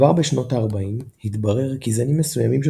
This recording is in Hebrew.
כבר בשנות ה-40 התברר כי זנים מסוימים של